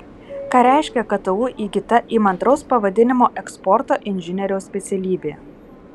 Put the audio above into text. ką reiškia ktu įgyta įmantraus pavadinimo eksporto inžinieriaus specialybė